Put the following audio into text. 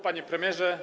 Panie Premierze!